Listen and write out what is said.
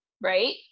right